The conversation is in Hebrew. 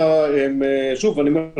רווחה שוב אני אומר,